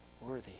Worthy